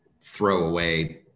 throwaway